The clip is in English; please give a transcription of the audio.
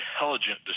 intelligent